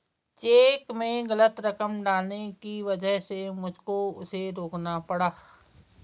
check में गलत रकम डालने की वजह से मुझको उसे रोकना पड़ा